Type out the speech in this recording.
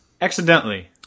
Accidentally